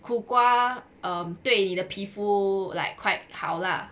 苦瓜 um 对你的皮肤 like quite 好 lah